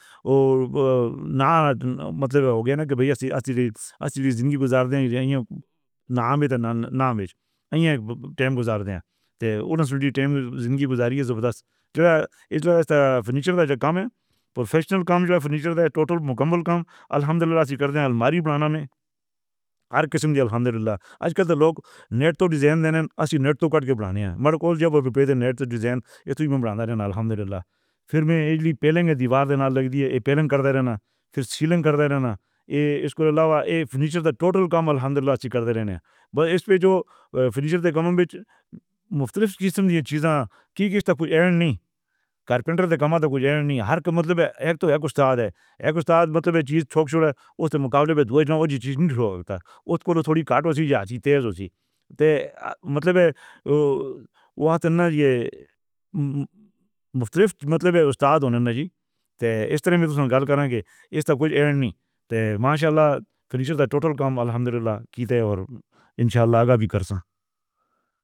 اور نہ مطلب ہو گیا نہ کہ بھائی سی اصلی زندگی گزار لیں۔ نہیں تو نام ہے تو نام نہیں۔ ٹائم گزارتے ہیں تو اُدھم سنگھ جی ٹائم زندگی گزاری ہے زبردست جو اس فنیچر کا کم ہے۔ پیشنل کم تھا۔ فنیچر ٹوٹل مکمل کم۔ الحمدللہ ایسی الماری بنانا نہیں۔ ہر قسم دی الحمدللہ آجکل تو لوگ نیٹ ٹو ڈیزائن دینا ہے۔ اسی نیٹ ٹو کٹ کے بنایا ہے نا تو نیٹ ڈیزائن بناتے رہنا۔ الحمدللہ پھر بھی پہلے کی دیوار لگ دے پاؤں کر دینا۔ پھر سیلیںگ کر دینا۔ اس کے علاوہ یے فنیچر ٹوٹل کم الحمدللہ کر دینا۔ اس پر جو فنیچر کم بھی چیز کی کوئی نہیں۔ کارپنٹر کم نہیں۔ ہر مطلب ایک تو ایک اُستاد ہے، ایک اُستاد مطلب ہے۔ اس مقابلے میں دو نمبر چیز نہیں ہوتا۔ اُسے تھوڑی کٹ والی چیز آتی ہے تیز اُسی دے مطلب وہ وہاں نا یے مختلف مطلب ہے۔ اُستاد ہونے نا جی تیرے کو سن غلط کرنا کہ اس طرح کچھ نہیں۔ دے ماشاءاللہ فِنِش تو ٹوٹل کم الحمدللہ کیا اور انشاءاللہ آگے بھی کریں۔